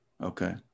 Okay